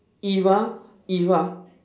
if ah if ah